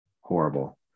Horrible